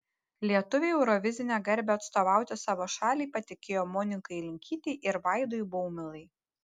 lietuviai eurovizinę garbę atstovauti savo šaliai patikėjo monikai linkytei ir vaidui baumilai